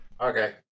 Okay